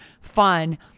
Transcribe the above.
fun